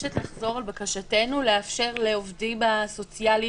מבקשת לחזור על בקשתנו כדי לאפשר לעובדים הסוציאליים,